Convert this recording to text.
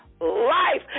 life